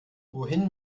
wohin